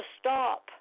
stop